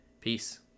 Peace